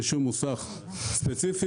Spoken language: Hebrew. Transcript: רישוי מוסך ספציפי,